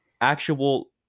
actual